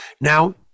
now